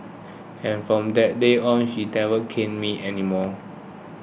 and from that day on she never caned me anymore